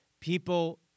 People